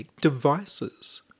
devices